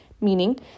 meaning